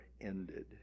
ended